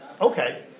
okay